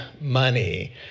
money